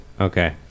okay